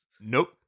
Nope